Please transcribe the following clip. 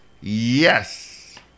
Yes